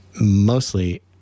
mostly